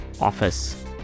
office